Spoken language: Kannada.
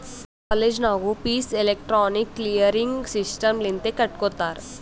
ಕಾಲೇಜ್ ನಾಗೂ ಫೀಸ್ ಎಲೆಕ್ಟ್ರಾನಿಕ್ ಕ್ಲಿಯರಿಂಗ್ ಸಿಸ್ಟಮ್ ಲಿಂತೆ ಕಟ್ಗೊತ್ತಾರ್